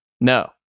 No